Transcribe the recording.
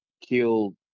killed